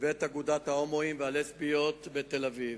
בבית אגודת ההומואים והלסביות בתל-אביב.